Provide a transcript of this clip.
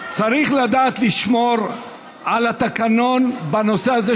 צריך לדעת לשמור על התקנון בנושא הזה,